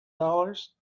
dollars